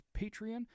Patreon